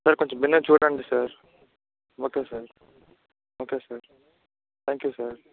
sir కొంచెం బిన్నగా చూడండి sir okay sir okay sir thank you sir